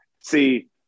See